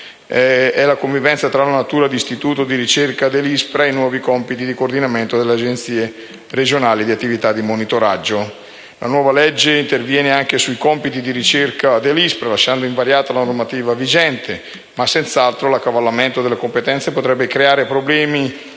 è la convivenza tra la natura di istituto di ricerca dell'ISPRA e i nuovi compiti di coordinamento delle Agenzie regionali di attività di monitoraggio. La nuova legge interviene sui compiti di ricerca dell'ISPRA, lasciando invariata la normativa vigente, ma senz'altro, l'accavallamento delle competenze potrebbe creare problemi